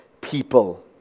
people